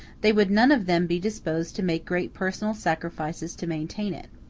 they would none of them be disposed to make great personal sacrifices to maintain it.